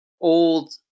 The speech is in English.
old